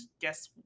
Guess